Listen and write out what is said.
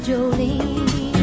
Jolene